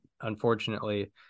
Unfortunately